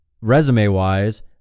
resume-wise